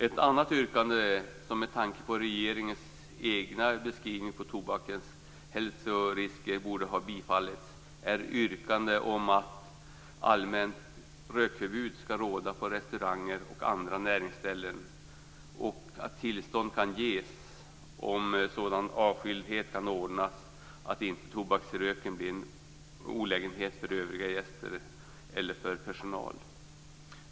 Ett annat yrkande som med tanke på regeringens egen beskrivning av tobakens hälsorisker borde ha bifallits är yrkandet om att allmänt rökförbud skall råda på restauranger och andra näringsställen och att tillstånd kan ges, om sådan avskildhet kan ordnas att inte tobaksröken blir till olägenhet för övriga gäster eller för personal.